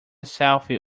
selfie